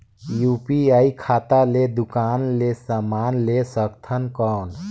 UPI खाता ले दुकान ले समान ले सकथन कौन?